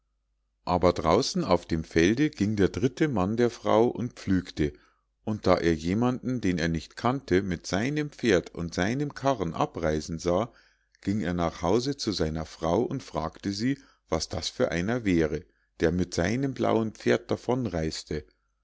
aber draußen auf dem felde ging der dritte mann der frau und pflügte und da er jemanden den er nicht kannte mit seinem pferd und seinem karren abreisen sah ging er nach hause zu seiner frau und fragte sie was das für einer wäre der mit seinem blauen pferd davon